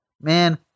Man